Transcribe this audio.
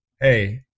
hey